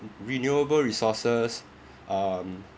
re~ renewable resources um